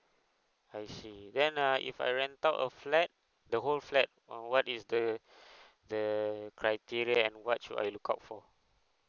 I see then uh if I rent out a flat the whole flat or what is the the criteria and what should I look out for